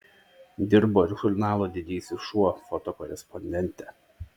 dirbo ir žurnalo didysis šuo fotokorespondente